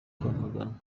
kwamaganwa